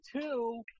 two